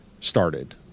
started